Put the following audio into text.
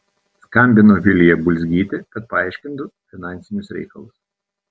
skambino vilija bulzgytė kad paaiškintų finansinius reikalus